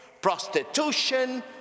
prostitution